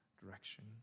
direction